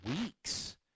weeks